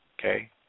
okay